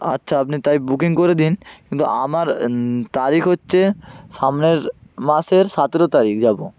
আচ্ছা আপনি তাই বুকিং করে দিন কিন্তু আমার তারিখ হচ্ছে সামনের মাসের সতেরো তারিখ যাব